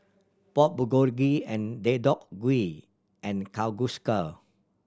Pork Bulgogi and Deodeok Gui and Kalguksu